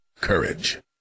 Courage